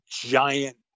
giant